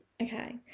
Okay